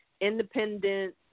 independent